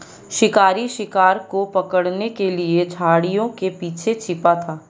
शिकारी शिकार को पकड़ने के लिए झाड़ियों के पीछे छिपा था